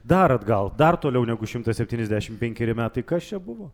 dar atgal dar toliau negu šimtas septyniasdešim penkeri metai kas čia buvo